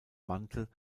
mantel